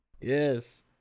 yes